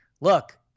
look